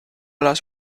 las